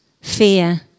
fear